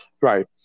right